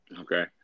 okay